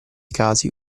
casi